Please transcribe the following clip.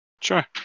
Sure